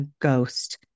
ghost